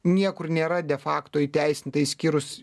niekur nėra de fakto įteisinta išskyrus